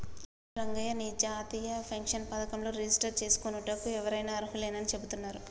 అయ్యో రంగయ్య నీ జాతీయ పెన్షన్ పథకంలో రిజిస్టర్ చేసుకోనుటకు ఎవరైనా అర్హులేనని చెబుతున్నారు